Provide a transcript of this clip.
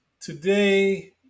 Today